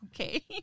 okay